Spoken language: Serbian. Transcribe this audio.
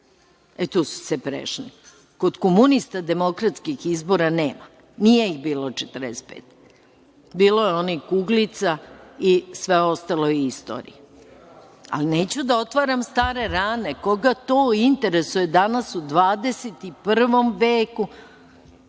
Tu su se prešli. Kod komunista demokratskih izbora nema. Nije ih bilo 1945. godine. Bilo je onih kuglica i sve ostalo je istorija, ali neću da otvaram stare rane. Koga to interesuje danas u 21. veku?